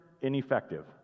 ineffective